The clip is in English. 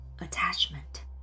attachment